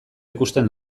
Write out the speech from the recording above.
ikusten